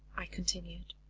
i continued,